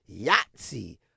Yahtzee